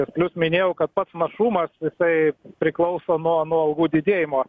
ir plius minėjau kad pats našumas tai priklauso nuo nuo algų didėjimo